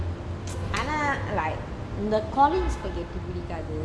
ஆனா:aana like the collin's spaghetti